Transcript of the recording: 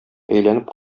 әйләнеп